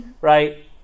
right